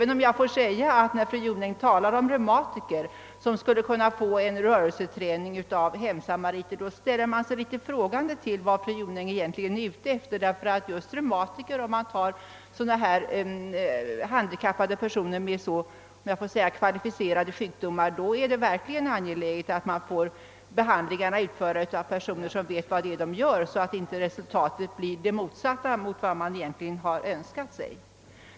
När fru Jonäng talar om reumatiker, som skulle kunna få rörelseträning av hemsamariter, ställer man sig litet frågande inför vad hon är ute efter. Just när det gäller handikappade människor med så kvalificerade sjukdomar som reumatikerna har är det verkligen angeläget att behandlingarna utförs av personer som vet vad det är de gör, så att resultatet inte blir motsatsen till vad man egentligen önskat sig.